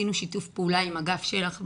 עשינו שיתוף פעולה עם אגף של"ח במשרד,